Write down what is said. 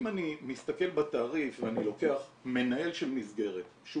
אם אני מסתכל בתעריף ואני לוקח מנהל של מסגרת שהוא